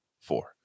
four